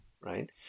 right